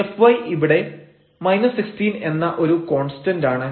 fy ഇവിടെ 16 എന്ന ഒരു കോൺസ്റ്റൻഡാണ്